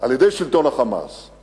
על-ידי שלטון ה"חמאס";